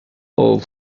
old